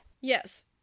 Yes